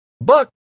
buck